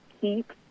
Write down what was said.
keep